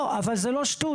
לא, אבל זו לא שטות.